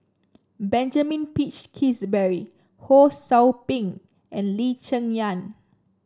Benjamin Peach Keasberry Ho Sou Ping and Lee Cheng Yan